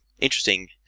Interesting